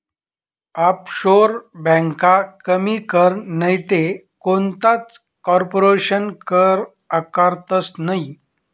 offshore ब्यांका कमी कर नैते कोणताच कारपोरेशन कर आकारतंस नयी